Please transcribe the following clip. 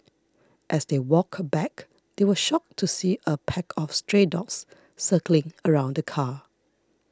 as they walked back they were shocked to see a pack of stray dogs circling around the car